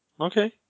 okay